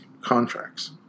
contracts